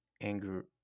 anger